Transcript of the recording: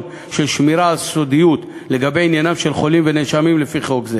של שמירה על סודיות לגבי עניינם של חולים ונאשמים לפי חוק זה